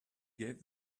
gave